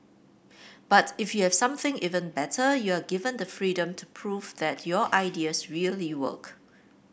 but if you have something even better you are given the freedom to prove that your ideas really work